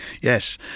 Yes